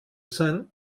sein